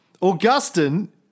Augustine